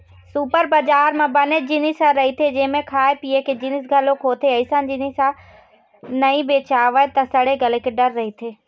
super बजार म बनेच जिनिस ह रहिथे जेमा खाए पिए के जिनिस घलोक होथे, अइसन जिनिस ह नइ बेचावय त सड़े गले के डर रहिथे